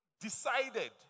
decided